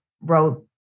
wrote